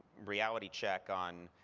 reality check on,